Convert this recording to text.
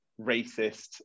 racist